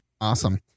Awesome